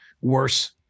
worse